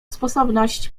sposobność